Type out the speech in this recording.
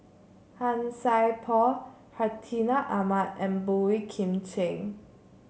Han Sai Por Hartinah Ahmad and Boey Kim Cheng